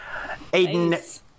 Aiden